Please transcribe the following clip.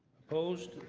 opposed.